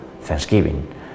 Thanksgiving